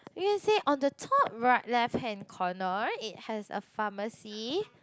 you can say on the top right left hand corner it has a pharmacy